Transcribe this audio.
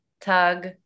tug